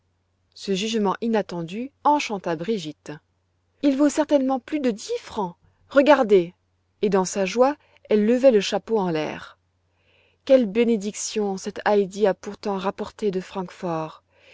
ce jugement inattendu enchanta brigitte il vaut certainement plus de dix francs regardez et dans sa joie elle levait le chapeau en l'air quelles bénédictions cette heidi a pourtant rapportées de francfort